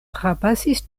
trapasis